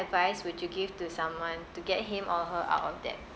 advice would you give to someone to get him or her out of debt